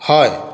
हय